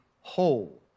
whole